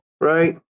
right